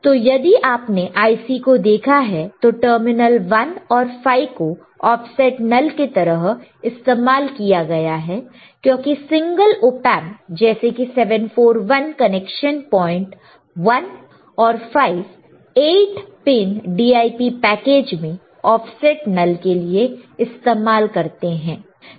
तो यदि आपने IC को देखा है तो टर्मिनल 1 और 5 को ऑफसेट नल के तरह इस्तेमाल किया गया है क्योंकि सिंगल ऑपएंप जैसे कि 741 कनेक्शन पॉइंट 1 और 5 8 पिन DIP पैकेज में ऑफसेट नल के लिए इस्तेमाल करते है